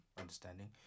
understanding